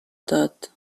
داد